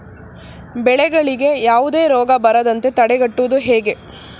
ಬೆಳೆಗಳಿಗೆ ಯಾವುದೇ ರೋಗ ಬರದಂತೆ ತಡೆಗಟ್ಟುವುದು ಹೇಗೆ?